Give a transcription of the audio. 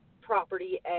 property